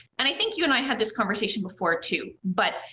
and i think you and i had this conversation before too, but,